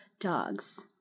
dogs